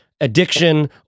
addiction